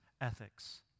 ethics